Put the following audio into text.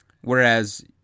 Whereas